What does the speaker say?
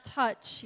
touch